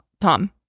Tom